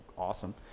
awesome